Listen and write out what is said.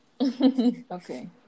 Okay